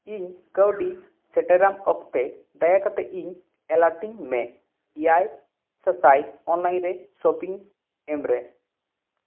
ᱤᱧ ᱠᱟ ᱣᱰᱤ ᱥᱮᱴᱮᱨᱟᱢ ᱚᱠᱛᱮ ᱫᱟᱭᱟᱠᱟᱛᱮ ᱤᱧ ᱮᱞᱟᱴ ᱤᱧ ᱢᱮ ᱮᱭᱟᱭ ᱥᱟᱥᱟᱭ ᱚᱱᱞᱟᱭᱤᱱ ᱨᱮ ᱥᱚᱯᱤᱝ ᱮᱢ ᱨᱮ